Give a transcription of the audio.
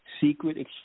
secret